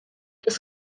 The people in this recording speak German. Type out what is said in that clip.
des